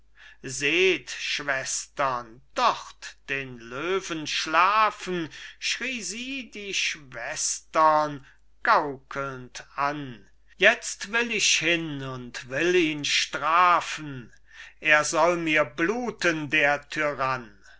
seht schwestern dort den löwen schlafen schrie sie die schwestern gaukelnd an jetzt will ich hin und will ihn strafen er soll mir bluten der tyrann